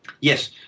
Yes